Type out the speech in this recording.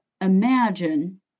imagine